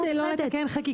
כל זה כדי לא לתקן חקיקה?